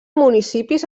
municipis